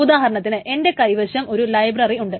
ഉദാഹരണത്തിന് എന്റെ കൈവശം ഒരു ലൈബ്രററി ഉണ്ട്